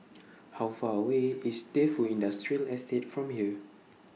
How Far away IS Defu Industrial Estate from here